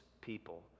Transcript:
people